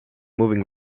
moving